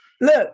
Look